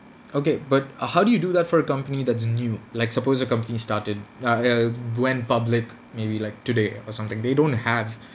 okay but uh how do you do that for a company that's new like suppose a company started uh uh went public maybe like today or something they don't have